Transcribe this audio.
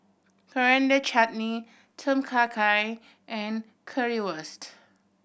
Coriander Chutney Tom Kha Gai and Currywurst